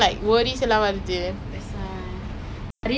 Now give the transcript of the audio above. miss jessie tan teach me math she was also my girl guides teacher